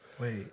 Wait